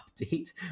update